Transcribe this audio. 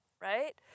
Right